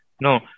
No